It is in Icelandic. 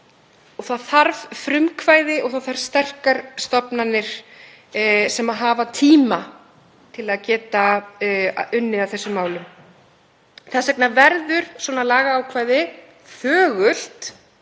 Það þarf frumkvæði og sterkar stofnanir sem hafa tíma til að geta unnið að þessum málum. Þess vegna verður svona lagaákvæði þögult